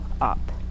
up